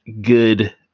good